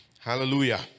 hallelujah